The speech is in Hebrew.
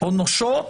או נושות